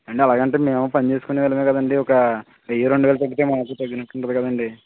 అంటే అలాగంటే మేమూ పని చేస్కునే వాళ్ళమే కదండీ ఒక వెయ్యి రెండు వేలు తగ్గితే మాకూ తగ్గినట్టుంటుంది కదండి